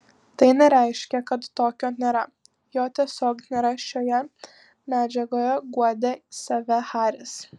tai nereiškia kad tokio nėra jo tiesiog nėra šioje medžiagoje guodė save haris